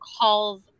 calls